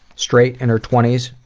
straight in her twenty s